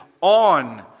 on